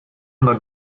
oder